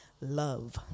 love